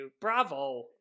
Bravo